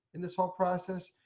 in this whole process.